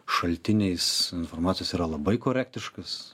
šaltiniais informacijos yra labai korektiškas